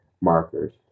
markers